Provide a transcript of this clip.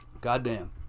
Goddamn